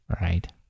Right